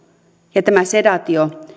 ja tämä sedaatio